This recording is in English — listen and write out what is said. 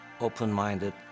open-minded